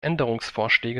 änderungsvorschläge